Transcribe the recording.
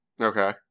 okay